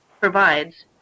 provides